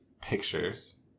pictures